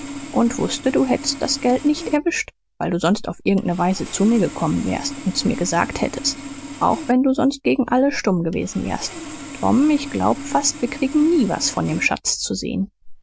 und wußte du hättst das geld nicht erwischt weil du sonst auf irgend ne weise zu mir gekommen wärst und mir's gesagt hättest auch wenn du sonst gegen alle stumm gewesen wärst tom ich glaub fast wir kriegen nie was von dem schatz zu sehen